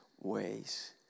ways